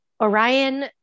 Orion